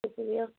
شکریہ